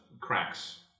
cracks